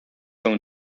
own